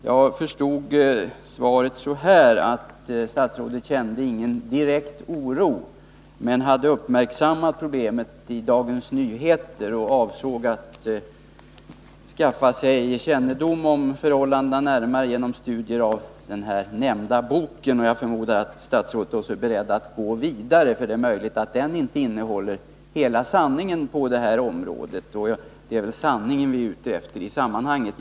Jag förstod svaret så, att statsrådet inte kände någon direkt oro men i Dagens Nyheter hade uppmärksammat problemen och avsåg att skaffa sig närmare kännedom om förhållandena genom studier av den nämnda boken. Jag förmodar att statsrådet också är beredd att gå vidare. Det är möjligt att boken inte innehåller hela sanningen på det här området, och det är väl sanningen vi är ute efter i sammanhanget.